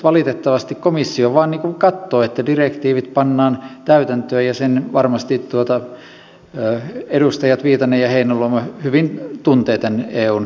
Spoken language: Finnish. valitettavasti komissio vain katsoo että direktiivit pannaan täytäntöön ja varmasti edustajat viitanen ja heinäluoma hyvin tuntevat tämän eun menettelyn